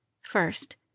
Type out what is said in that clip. First